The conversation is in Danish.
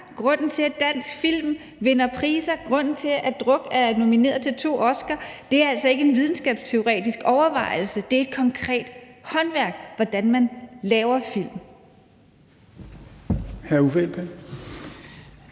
grunden til, at dansk film vinder priser, og grunden til, at »Druk« er nomineret til to Oscars, er altså ikke en videnskabsteoretisk overvejelse; det er et konkret håndværk, altså hvordan man laver film.